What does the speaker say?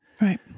right